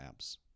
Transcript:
apps